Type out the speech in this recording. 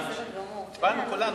הצבענו כולנו.